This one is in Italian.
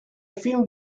film